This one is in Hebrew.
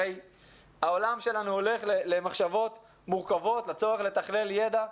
הרי העולם שלנו הולך לקראת צורך בתכלול ידע מורכב.